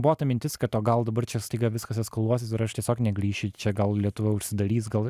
buvo ta mintis kad o gal dabar čia staiga viskas eskaluosis ir aš tiesiog negrįšiu į čia gal lietuva užsidarys gal